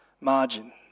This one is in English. margin